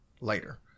later